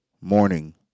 morning